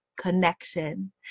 connection